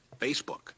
Facebook